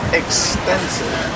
extensive